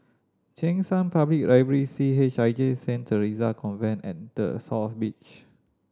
Cheng San Public Library C H I J Saint Theresa Convent and The South Beach